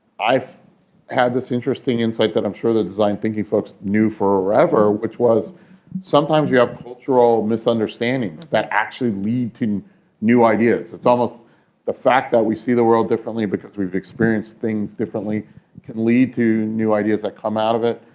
i've had this interesting insight that i'm sure the design thinking folks knew forever, which was sometimes we have cultural misunderstandings that actually lead to new ideas. it's almost the fact that we see the world differently because we've experienced things differently can lead to new ideas that come out of it.